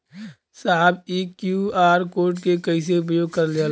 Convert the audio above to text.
साहब इ QR code के कइसे उपयोग करल जाला?